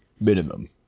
Minimum